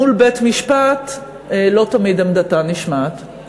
מול בית-משפט לא תמיד עמדתה נשמעת.